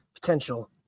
potential